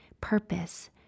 purpose